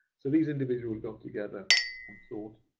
so these individuals got together and thought,